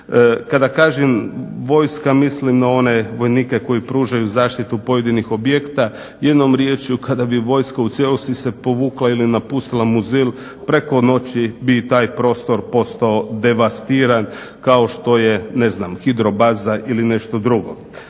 Kada kažem vojska mislim na one vojnike koji pružaju zaštitu pojedinih objekta. Jednom riječju kada bi se vojska u cijelosti povukla ili napustila muzil preko noći bi taj prostor posao devastiran kao što je ne znam Hidrobaza ili nešto drugo.